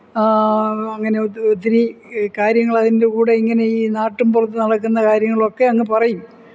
അങ്ങനെയൊ ഒത്തിരി കാര്യങ്ങളതിന്റെ കൂടെയിങ്ങനെ ഈ നാട്ടുംപുറത്ത് നടക്കുന്ന കാര്യങ്ങളൊക്കെയങ്ങ് പറയും